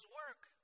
work